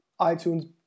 iTunes